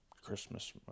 Christmas